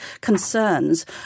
concerns